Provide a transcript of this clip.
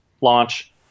launch